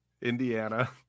Indiana